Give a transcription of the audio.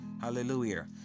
Hallelujah